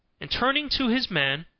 and turning to his man,